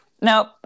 nope